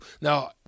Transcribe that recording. Now